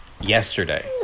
yesterday